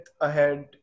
ahead